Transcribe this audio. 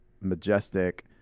majestic